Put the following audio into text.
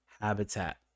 habitat